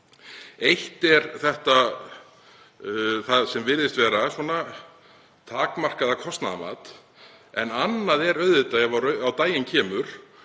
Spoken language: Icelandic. Eitt er það sem virðist vera þetta takmarkaða kostnaðarmat en annað er auðvitað ef á daginn kemur